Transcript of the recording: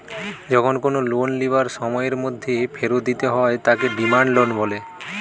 যখন কোনো লোন লিবার সময়ের মধ্যে ফেরত দিতে হয় তাকে ডিমান্ড লোন বলে